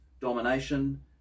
domination